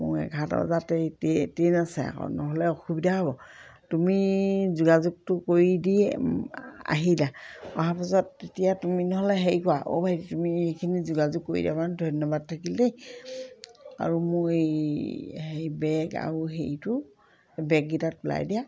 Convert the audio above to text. মোৰ এঘাৰটা বজাত ট্ৰেইন আছে আকৌ নহ'লে অসুবিধা হ'ব তুমি যোগাযোগটো কৰি দি আহিলা অহা পাছত তেতিয়া তুমি নহ'লে হেৰি কৰা অ' ভাইটি তুমি সেইখিনি যোগাযোগ কৰি দিয়া কাৰণে ধন্যবাদ থাকিল দেই আৰু মই এই সেই বেগ আৰু হেৰিটো বেগকেইটাক ওলাই দিয়া